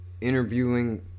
Interviewing